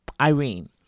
Irene